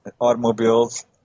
automobiles